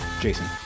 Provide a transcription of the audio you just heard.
Jason